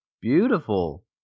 Beautiful